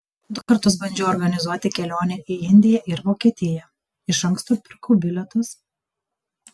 du kartus bandžiau organizuoti kelionę į indiją ir vokietiją iš anksto pirkau bilietus